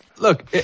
Look